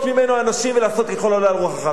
ממנו אנשים ולעשות ככל העולה על רוחך.